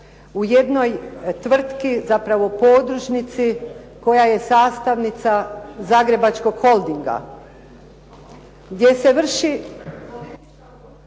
u jednoj tvrtki, zapravo podružnici koja je sastavnica Zagrebačkog holdinga gdje se vrši